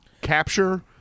capture